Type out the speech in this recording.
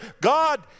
God